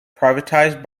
privatised